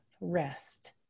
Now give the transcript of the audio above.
rest